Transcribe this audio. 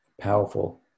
powerful